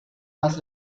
más